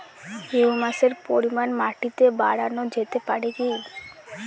হিউমাসের পরিমান মাটিতে বারানো যেতে পারে কি?